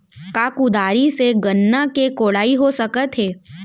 का कुदारी से गन्ना के कोड़ाई हो सकत हे?